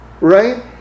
right